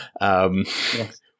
Yes